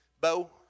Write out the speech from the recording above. Bo